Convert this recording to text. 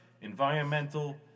environmental